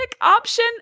option